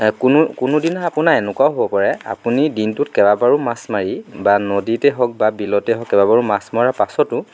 কোনো কোনোদিনা আপোনাৰ এনেকুৱাও হ'ব পাৰে আপুনি দিনটোত কেবাবাৰো মাছ মাৰি বা নদীতে হওক বা বিলতে হওক কেবাবাৰো মাছ মৰাৰ পাছতো